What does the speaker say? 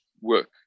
work